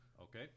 Okay